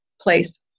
place